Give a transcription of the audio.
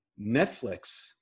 Netflix